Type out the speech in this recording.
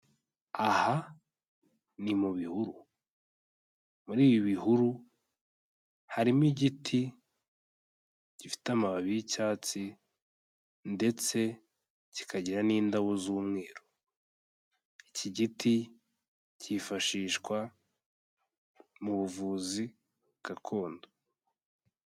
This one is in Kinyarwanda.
Aha ni mu bihuru. Muri ibi bihuru harimo igiti gifite amababi y'icyatsi ndetse kikagira n'indabo z'umweru. Iki giti cyifashishwa mu buvuzi gakondo.